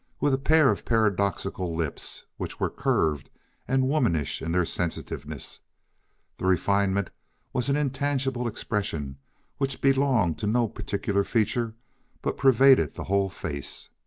with a pair of paradoxical lips, which were curved and womanish in their sensitiveness the refinement was an intangible expression which belonged to no particular feature but pervaded the whole face.